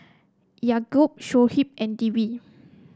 Yaakob Shoaib and Dewi